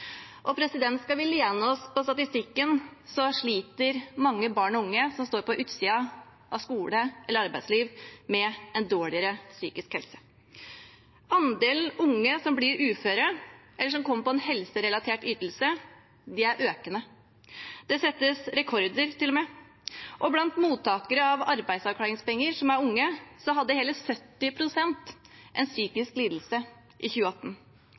Skal vi lene oss på statistikken, sliter mange barn og unge som står på utsiden av skole eller arbeidsliv, med en dårligere psykisk helse. Andelen unge som blir uføre, eller som kommer på en helserelatert ytelse, er økende. Det settes til og med rekorder. Blant unge mottakere av arbeidsavklaringspenger hadde hele 70 pst. en psykisk lidelse i 2018.